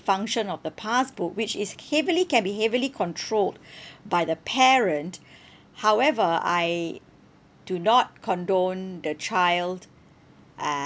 the function of the passbook which is heavily can be heavily controlled by the parent however I do not condone the child uh